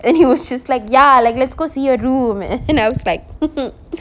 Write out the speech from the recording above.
and he was just like ya like let's go see your room and I was like